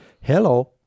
hello